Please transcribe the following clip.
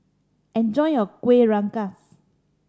enjoy your Kuih Rengas